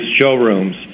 showrooms